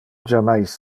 jammais